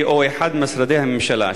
ו/או אחד ממשרדי הממשלה.